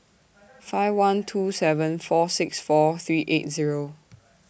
five one two seven four six four three eight Zero